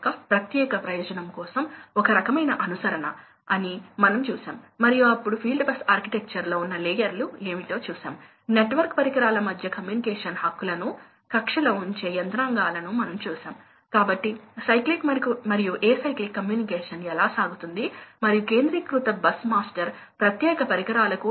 ఇక్కడ మీ కోసం కొన్ని ప్రశ్నలు ఉన్నాయి సాధారణంగా లోడ్ రేట్లు ప్రవాహ రేట్ల పరంగా ఎందుకు చెప్పబడ్డాయి మీరు అప్లికేషన్స్ ఎందుకు చూడాలి